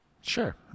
Sure